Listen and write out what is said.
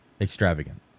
extravagant